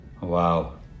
Wow